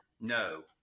No